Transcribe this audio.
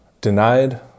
denied